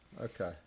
Okay